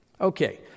okay